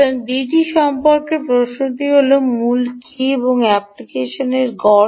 সুতরাং ডিটি সম্পর্কে প্রশ্নটি হল মূল কী এবং অ্যাপ্লিকেশন গড় শক্তি তাই ডিটি এবং গড় শক্তি